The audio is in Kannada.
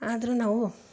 ಆದರೂ ನಾವು